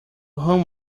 whom